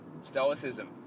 Stoicism